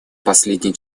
последней